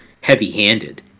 heavy-handed